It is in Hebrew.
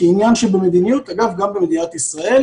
כמו שאמר גם ניב ממשרד המשפטים,